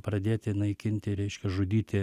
pradėti naikinti reiškia žudyti